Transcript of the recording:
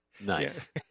Nice